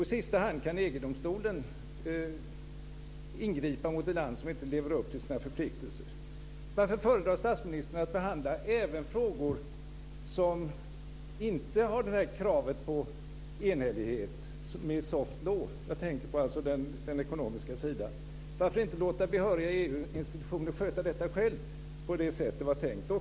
I sista hand kan EG-domstolen ingripa mot ett land som inte lever upp till sina förpliktelser. Varför föredrar statsministern att behandla även frågor som inte har det här kravet på enhällighet med soft law? Jag tänker då på den ekonomiska sidan. Varför inte låta behöriga EU-institutioner sköta detta själva på det sätt som var tänkt?